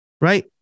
right